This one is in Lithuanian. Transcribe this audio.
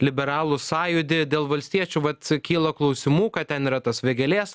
liberalų sąjūdį dėl valstiečių vat kyla klausimų ką ten yra tas vėgėlės